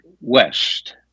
West